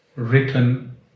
written